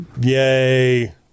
Yay